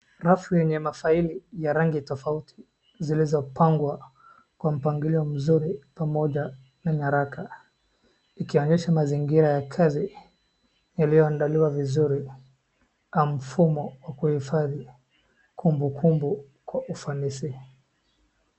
Rafu yenye mafaili ya rangi tofauti zilizopangwa kwa mpangilio mzuri pamoja na nyaraka, ikionyesha mazingira ya kazi yaliyoandaliwa vizuri au mfumo wa kuhifadhi kumbukumbnu kwa ufanisi.